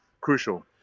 crucial